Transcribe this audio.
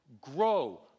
grow